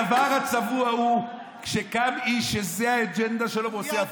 הדבר הצבוע הוא כשקם איש שזו האג'נדה שלו ועושה הפוך.